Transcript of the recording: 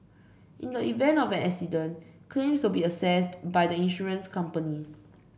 in the event of an accident claims will be assessed by the insurance company